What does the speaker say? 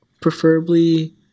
preferably